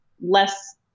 less